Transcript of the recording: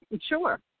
Sure